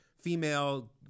female